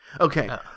okay